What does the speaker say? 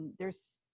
there's,